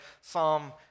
Psalm